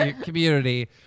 community